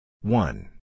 One